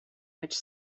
which